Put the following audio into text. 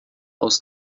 aus